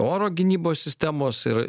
oro gynybos sistemos ir